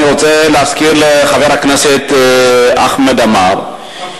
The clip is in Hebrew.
אני רוצה להזכיר לחבר הכנסת אחמד עמאר,